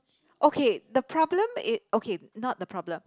okay the problem is okay not the problem